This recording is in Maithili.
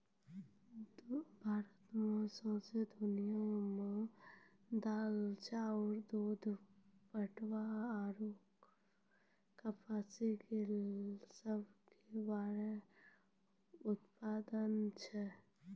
भारत सौंसे दुनिया मे दाल, चाउर, दूध, पटवा आरु कपासो के सभ से बड़का उत्पादक छै